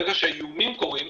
ברגע שהאיומים קורים,